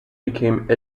became